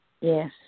Yes